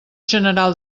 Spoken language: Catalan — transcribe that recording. general